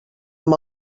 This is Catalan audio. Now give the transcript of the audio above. amb